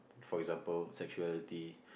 for example sexuality